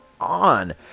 on